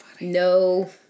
no